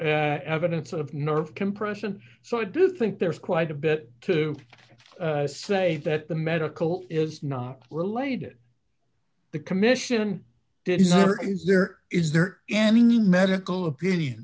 evidence of nerve compression so i do think there's quite a bit to say that the medical is not related the commission did is there is there any medical opinion